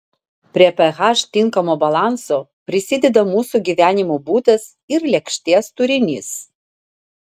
prie ph tinkamo balanso prisideda mūsų gyvenimo būdas ir lėkštės turinys